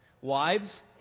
Wives